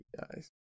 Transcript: guys